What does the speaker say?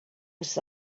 was